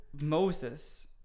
Moses